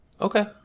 Okay